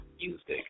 music